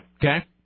Okay